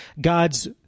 God's